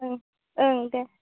ओं ओं दे